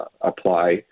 apply